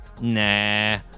Nah